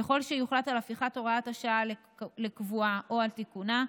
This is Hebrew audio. ככל שיוחלט על הפיכת הוראת השעה לקבועה או על תיקונה,